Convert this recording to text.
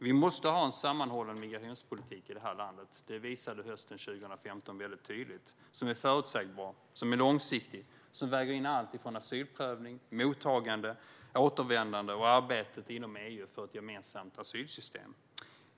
Vi måste ha en sammanhållen migrationspolitik i det här landet. Det visade hösten 2015 väldigt tydligt. Migrationspolitiken ska vara förutsägbar och långsiktig och väga in alltifrån asylprövning, mottagande och återvändande till arbetet inom EU för ett gemensamt asylsystem.